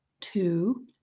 two